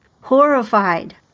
horrified